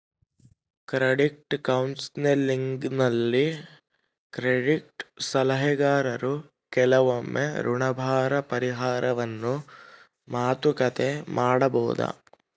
credit ಕೌನ್ಸೆಲಿಂಗ್ನಲ್ಲಿ credit ಸಲಹೆಗಾರರು ಕೆಲವೊಮ್ಮೆ ಋಣಭಾರ ಪರಿಹಾರವನ್ನು ಮಾತುಕತೆ ಮಾಡಬೊದು